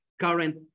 current